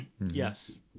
Yes